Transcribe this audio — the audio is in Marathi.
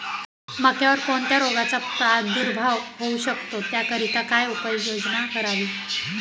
मक्यावर कोणत्या रोगाचा प्रादुर्भाव होऊ शकतो? त्याकरिता काय उपाययोजना करावी?